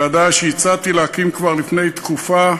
ועדה שהצעתי להקים כבר לפני תקופה,